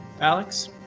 Alex